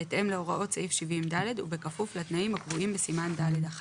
בהתאם להוראות סעיף 70ד ובכפוף לתנאים הקבועים בסימן ד'1,